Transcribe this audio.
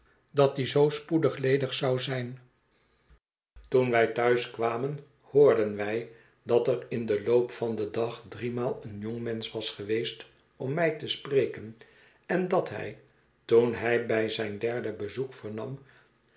dat die zoo spoedig ledig zou zijn toen wij thuis kwamen hoorden wij dat er in den loop van den dag driemaal een jongmensch was geweest om mij te spreken en dat hij toen hij bij zijn derde bezoek vernam